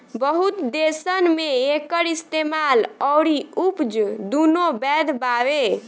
बहुत देसन मे एकर इस्तेमाल अउरी उपज दुनो बैध बावे